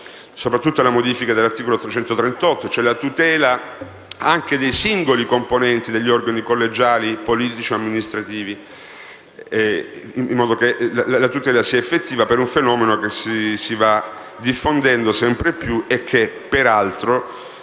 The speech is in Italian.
soprattutto la modifica dell'articolo 338, cioè la tutela anche dei singoli componenti degli organi collegiali politici e amministrativi in modo che essa sia effettiva per un fenomeno che si va diffondendo sempre più. Peraltro,